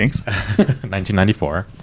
1994